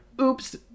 Oops